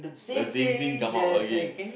the same thing come out again